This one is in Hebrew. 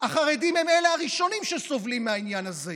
החרדים הם הראשונים שסובלים מהעניין הזה.